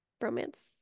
romance